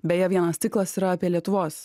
beje vienas ciklas yra apie lietuvos